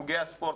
חוגי הספורט,